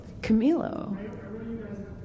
Camilo